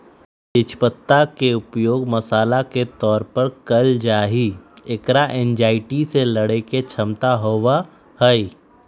तेज पत्ता के उपयोग मसाला के तौर पर कइल जाहई, एकरा एंजायटी से लडड़े के क्षमता होबा हई